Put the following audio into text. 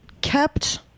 kept